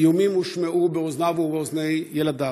איומים הושמעו באוזניו ובאוזני ילדיו.